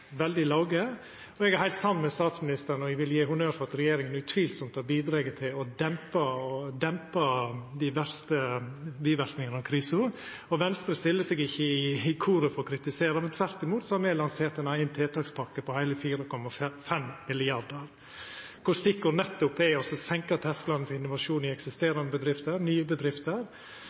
veldig låge. Eg er heilt samd med statsministeren, og eg vil gje honnør for at regjeringa utan tvil har bidrege til å dempa dei verste biverknadene av krisa. Venstre stiller seg ikkje i koret som kritiserer, tvert imot har me lansert ein eigen tiltakspakke på heile 4,5 mrd. kr, der stikkordet nettopp er å senka tersklane for innovasjon i eksisterande bedrifter og nye bedrifter